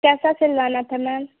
कैसा सिलवाना था मैम